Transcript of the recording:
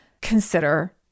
consider